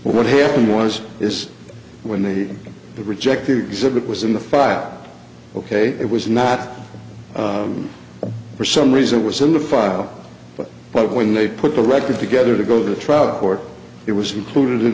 what happened was is when they rejected exhibit was in the file ok it was not for some reason it was in the file but but when they put the record together to go to the trial court it was included in